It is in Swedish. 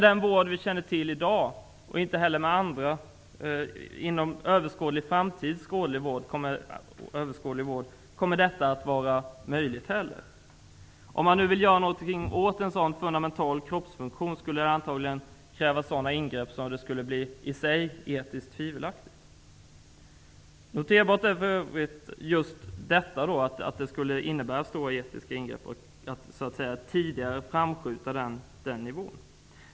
Det kommer heller inte att vara möjligt inom överskådlig framtid; inte med den vård vi i dag känner till eller kan ana. Att göra något åt bristerna i en sådan fundamental kroppsfunktion skulle kräva ingrepp som i sig skulle vara etiskt tvivelaktiga. Detta skulle alltså innebära stora etiska ingrepp, och gränserna för dessa skulle skjutas fram.